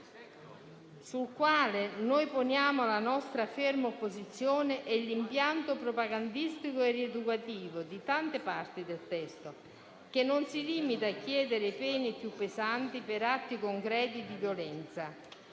sul quale poniamo la nostra ferma opposizione, è l'impianto propagandistico e rieducativo di tante parti del testo, che non si limita a chiedere pene più pesanti per atti concreti di violenza,